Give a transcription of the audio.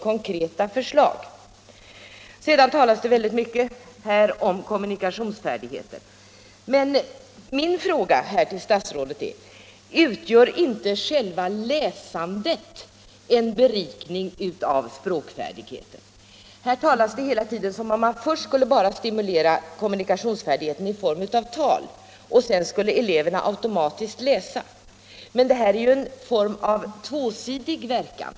Vidare talas det här mycket om kommunikationsfärdigheter. Men min fråga till statsrådet är: Utgör inte själva läsandet en berikning av språkfärdigheten? Här verkar det hela tiden som om man förts skulle stimulera kommunikationsfärdigheten i form av tal, och sedan skulle eleverna automatiskt kunna läsa. Men det rör sig ju om en form av tvåsidig verkan.